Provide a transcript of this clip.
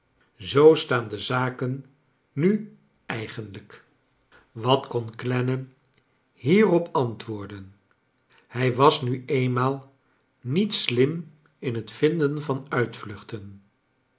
zoo staan de zaken nu eigen lijk wat kon clenaam hierop antwoorden hij was nu eenmaal niet slim in het vinden van uitvluchten